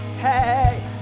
hey